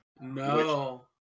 No